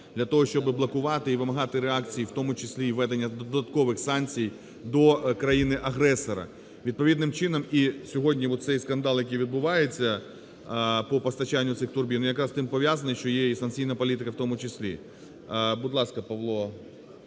для того, щоби блокувати і вимагати реакції, у тому числі і введення додаткових санкцій до країни-агресора. Відповідним чином і сьогодні оцей скандал, який відбувається по постачанню цих турбін, якраз з тим пов'язаний, що є і санкційна політика у тому числі. Будь ласка, Павло